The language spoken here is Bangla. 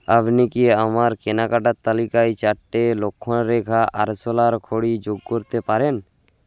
আবনি কি আমার কেনাকাটার তালিকায় চারটে লক্ষণ রেখা আরসোলার খড়ি যোগ করতে পারেন